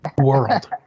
world